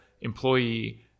employee